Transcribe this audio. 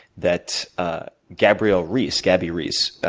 that gabrielle reese, gabi reese,